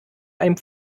einem